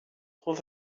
trop